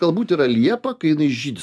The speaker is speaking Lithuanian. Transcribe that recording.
galbūt yra liepa kai jinai žydi